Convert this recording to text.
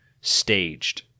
staged